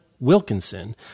Wilkinson